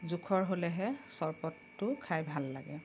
জোখৰ হ'লেহে চৰবতটো খাই ভাল লাগে